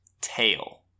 tail